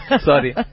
Sorry